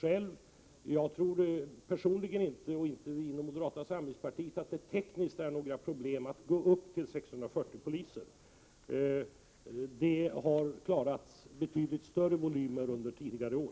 I moderata samlingspartiet tror vi inte att det tekniskt är några problem att gå upp till antalet 640 poliser. Det har klarats betydligt större volymer under tidigare år.